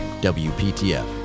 WPTF